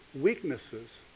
weaknesses